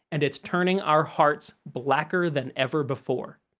and it's turning our hearts blacker than ever before.